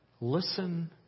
Listen